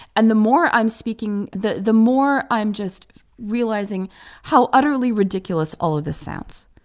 and the more i'm speaking, the the more i'm just realizing how utterly ridiculous all of this sounds.